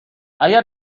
اگر